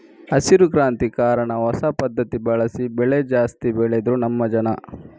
ಹಸಿರು ಕ್ರಾಂತಿ ಕಾರಣ ಹೊಸ ಪದ್ಧತಿ ಬಳಸಿ ಬೆಳೆ ಜಾಸ್ತಿ ಬೆಳೆದ್ರು ನಮ್ಮ ಜನ